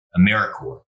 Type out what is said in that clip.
AmeriCorps